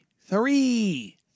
three